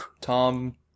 tom